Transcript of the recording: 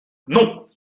non